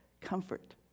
comfort